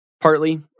Partly